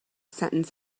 sentence